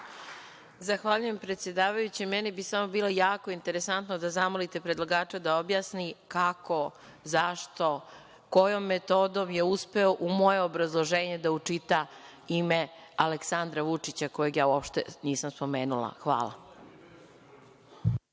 Zahvaljujem predsedavajući. Meni bi samo bilo jako interesantno da zamolite predlagača da objasni kako, zašto, kojom metodom je uspeo u moje obrazloženje da učita ime Aleksandra Vučića kojeg ja uopšte nisam spomenula. Hvala.